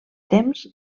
temps